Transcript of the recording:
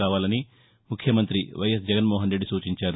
కావాలని ముఖ్యమంతి వైఎస్ జగన్మోహన్ రెడ్డి సూచించారు